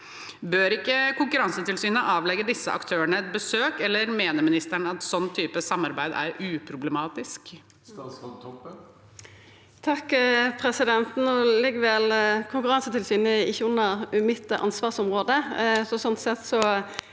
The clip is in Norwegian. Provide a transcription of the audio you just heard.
Bør ikke Konkurransetilsynet avlegge disse aktørene et besøk, eller mener ministeren at en sånn type samarbeid er uproblematisk? Statsråd Kjersti Toppe No ligg vel Kon- kurransetilsynet ikkje under mitt ansvarsområde,